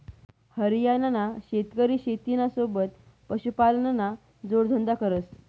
हरियाणाना शेतकरी शेतीना सोबत पशुपालनना जोडधंदा करस